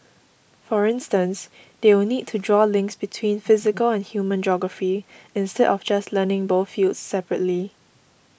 for instance they will need to draw links between physical and human geography instead of just learning both fields separately